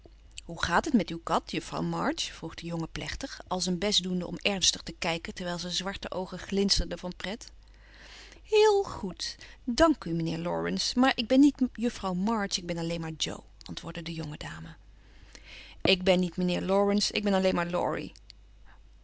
hoe gaat het met uw kat juffrouw march vroeg de jongen plechtig al zijn best doende om ernstig te kijken terwijl zijn zwarte oogen glinsterden van pret heel goed dank u mijnheer laurence maar ik ben niet juffrouw march ik ben alleen maar jo antwoordde de jonge dame ik ben niet mijnheer laurence ik ben alleen maar laurie